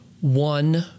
one